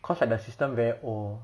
cause like the system very old